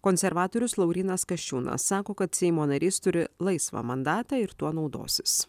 konservatorius laurynas kasčiūnas sako kad seimo narys turi laisvą mandatą ir tuo naudosis